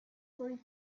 for